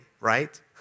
right